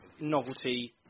novelty